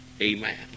Amen